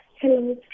Hello